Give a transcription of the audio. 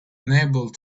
unable